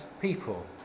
people